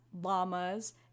Llamas